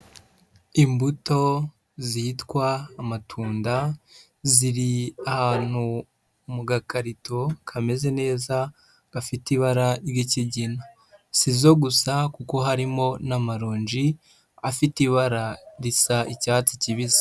Imbuto zitwa amatunda, ziri ahantu mu gakarito kameze neza, gafite ibara ry'ikigina, si zo gusa kuko harimo n'amaronji afite ibara risa icyatsi kibisi.